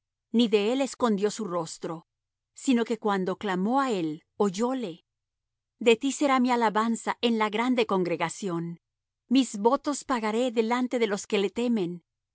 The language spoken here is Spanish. ni de él escondió su rostro sino que cuando clamó á él oyóle de ti será mi alabanza en la grande congregación mis votos pagaré delante de los que le temen